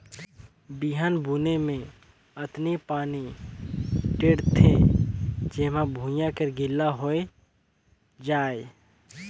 बिहन बुने मे अतनी पानी टेंड़ थें जेम्हा भुइयां हर गिला होए जाये